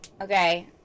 Okay